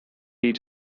each